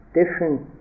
different